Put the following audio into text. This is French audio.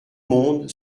monde